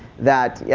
that, yeah